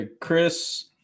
Chris